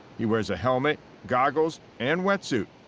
he wears a helmet, goggles, and wetsuit,